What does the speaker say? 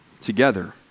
together